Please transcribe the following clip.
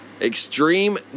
extreme